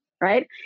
right